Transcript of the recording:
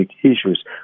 issues